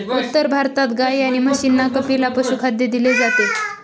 उत्तर भारतात गाई आणि म्हशींना कपिला पशुखाद्य दिले जाते